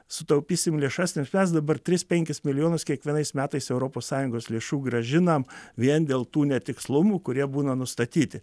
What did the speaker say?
sutaupysim lėšas nes mes dabar tris penkis milijonus kiekvienais metais europos sąjungos lėšų grąžinam vien dėl tų netikslumų kurie būna nustatyti